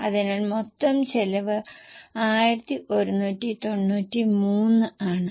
അതിനാൽ മൊത്തം ചെലവ് 1193 ആണ്